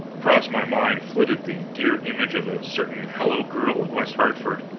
across my mind flitted the dear image of a certain hello-girl of west hartford,